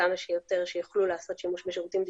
כמה שיותר יוכלו לעשות שימוש בשירותים דיגיטליים,